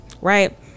right